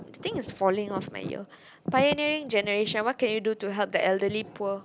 I think is falling off my ear pioneering generation what can you do to help the elderly poor